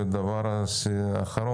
ולסיום,